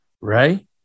Right